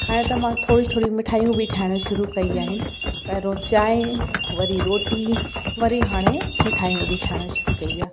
हाणे त मां थोरी थोरी मिठाइयूं बि ठाहिणु शुरू कई आहिनि पहिरों चांहि वरी रोटी वरी हाणे मिठाइयूं बि ठाहिणु शुरू कई आहे